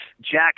Jack